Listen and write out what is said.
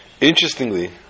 Interestingly